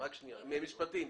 משרד המשפטים.